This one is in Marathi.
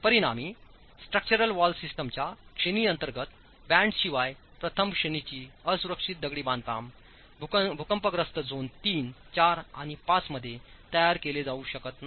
परिणामी स्ट्रक्चरल वॉल सिस्टम्सच्या श्रेणी अंतर्गत बँडशिवाय प्रथम श्रेणीची असुरक्षित दगडी बांधकाम भूकंपग्रस्त झोन III IV आणि V मध्ये तयार केले जाऊ शकत नाही